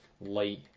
light